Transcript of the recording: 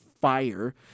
fire